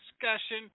discussion